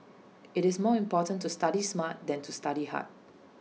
IT is more important to study smart than to study hard